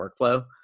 workflow